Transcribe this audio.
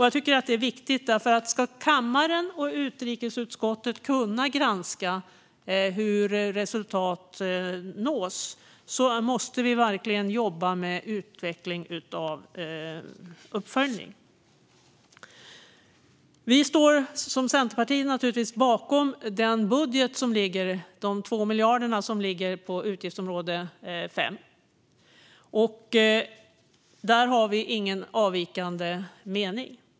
Jag tycker att det är viktigt - ska kammaren och utrikesutskottet kunna granska hur resultat nås måste vi verkligen jobba med utveckling av uppföljning. Vi i Centerpartiet står naturligtvis bakom den budget som ligger och de 2 miljarderna på utgiftsområde 5. Där har vi ingen avvikande mening.